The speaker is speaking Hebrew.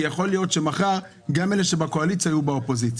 כי יכול להיות שמחר גם אלה שבקואליציה יהיו באופוזיציה,